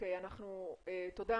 תודה.